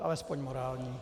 Alespoň morální.